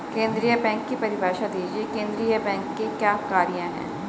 केंद्रीय बैंक की परिभाषा दीजिए केंद्रीय बैंक के क्या कार्य हैं?